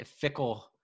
fickle